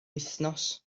wythnos